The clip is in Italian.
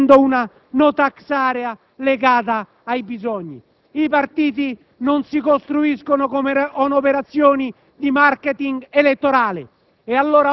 prevedendo una *no tax area* legata ai bisogni. I partiti non si costruiscono con operazioni di *marketing* elettorale.